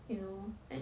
you know and